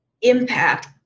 impact